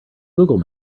google